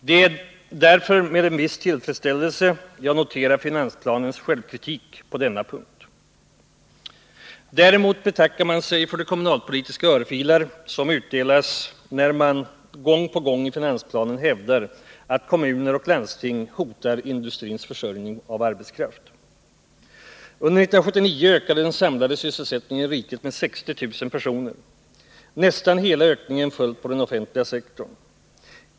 Det är därför med en viss tillfredsställelse jag noterar finansplanens självkritik på denna punkt. Däremot betackar man sig för de kommunalpolitiska örfilar som utdelas när det gång på gångi finansplanen hävdas att kommuner och landsting hotar industrins försörjning med arbetskraft. Under 1979 ökade den samlade sysselsättningen i riket med 60 000 personer. Nästan hela ökningen föll på den offentliga sektorn.